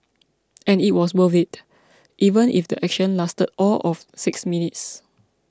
and it was worth it even if the action lasted all of six minutes